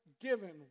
given